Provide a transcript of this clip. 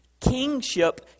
Kingship